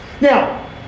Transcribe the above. Now